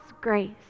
grace